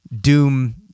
doom